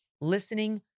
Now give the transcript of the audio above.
listening